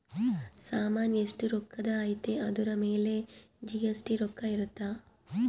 ಸಾಮನ್ ಎಸ್ಟ ರೊಕ್ಕಧ್ ಅಯ್ತಿ ಅದುರ್ ಮೇಲೆ ಜಿ.ಎಸ್.ಟಿ ರೊಕ್ಕ ಇರುತ್ತ